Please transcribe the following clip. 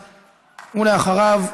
ואחריו,